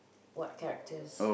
what characters